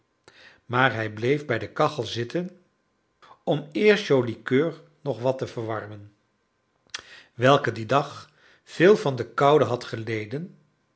maar hij bleef bij de kachel zitten om eerst joli coeur nog wat te verwarmen welke dien dag veel van de koude had geleden